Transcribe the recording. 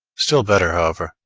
still better, however,